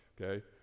okay